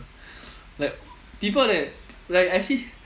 like people that like I see